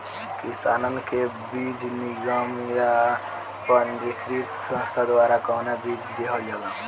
किसानन के बीज निगम या पंजीकृत संस्था द्वारा कवन बीज देहल जाला?